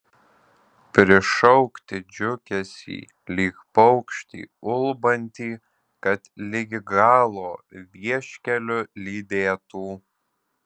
prišaukti džiugesį lyg paukštį ulbantį kad ligi galo vieškeliu lydėtų